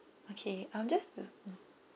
okay um just to